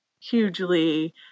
hugely